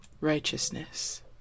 righteousness